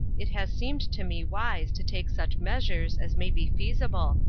it has seemed to me wise to take such measures as may be feasible,